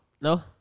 No